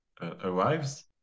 arrives